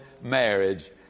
marriage